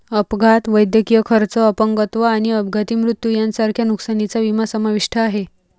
अपघात, वैद्यकीय खर्च, अपंगत्व किंवा अपघाती मृत्यू यांसारख्या नुकसानीचा विमा समाविष्ट आहे